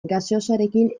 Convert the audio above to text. gaseosarekin